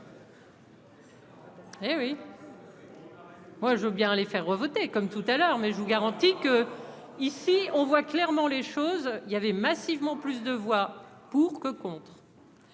a pas. Moi je veux bien les faire revoter comme tout à l'heure, mais je vous garantis que ici on voit clairement les choses, il y avait massivement plus de voix pour que on.